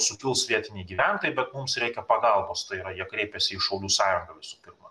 sukils vietiniai gyventojai bet mums reikia pagalbos tai yra jie kreipiasi į šaulių sąjungą visų pirma